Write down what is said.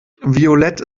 violett